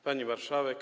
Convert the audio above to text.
Pani Marszałek!